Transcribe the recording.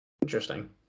Interesting